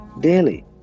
daily